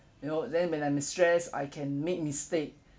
you know then when I'm stress I can make mistake